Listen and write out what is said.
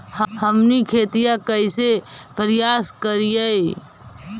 हमनी खेतीया कइसे परियास करियय?